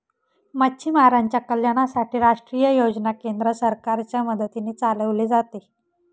मच्छीमारांच्या कल्याणासाठी राष्ट्रीय योजना केंद्र सरकारच्या मदतीने चालवले जाते